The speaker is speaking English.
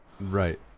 Right